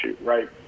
right